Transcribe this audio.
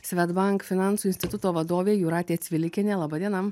svedbank finansų instituto vadovė jūratė cvilikienė laba diena